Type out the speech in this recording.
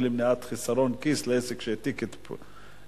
למניעת חסרון כיס לעסק שהעתיק את פעילותו),